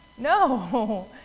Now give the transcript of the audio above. No